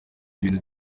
ibintu